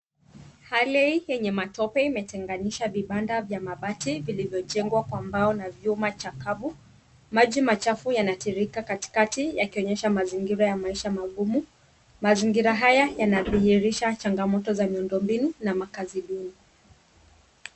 Hali enye matope imetanganisha vipanda vya mabati vilivyojengwa kwa mbao na vyuma chakafu, maji machafu yanatiririka katikati yakionyesha mazingira ya maisha magumu. Mazingira haya yanatihirisha changamoto za miundobinu na makazi duni.